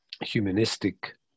humanistic